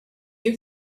you